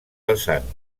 vessant